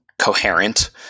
coherent